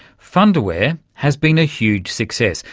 fundawear has been a huge success,